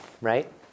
right